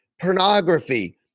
pornography